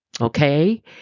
okay